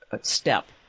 step